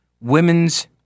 women's